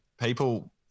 people